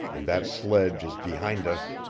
and that sledge is behind us,